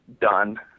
done